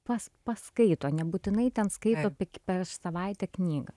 pas paskaito nebūtinai ten skaito tik per savaitę knygą